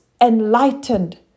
enlightened